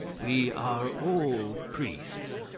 we are all priests.